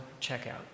checkout